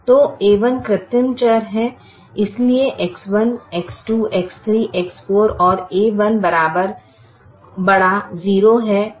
तो a1 कृत्रिम चर है इसलिए X1 X2 X3 X4 और a1 ≥ 0 है